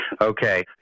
Okay